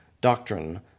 doctrine